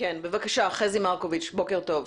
בבקשה, חזי מרקוביץ', בוקר טוב.